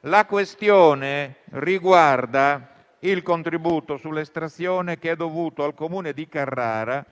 La questione riguarda il contributo sull'estrazione dovuto al Comune di Carrara